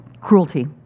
Cruelty